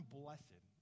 blessed